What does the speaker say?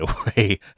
away